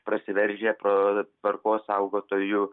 prasiveržę pro tvarkos saugotojų